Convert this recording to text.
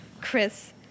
Chris